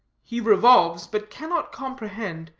he revolves, but cannot comprehend,